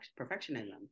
perfectionism